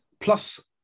Plus